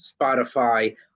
Spotify